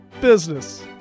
business